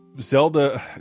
Zelda